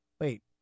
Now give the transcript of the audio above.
wait